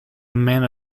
mana